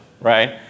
right